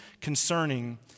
concerning